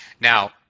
Now